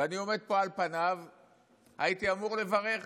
ואני עומד פה, ועל פניו הייתי אמור לברך,